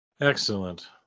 Excellent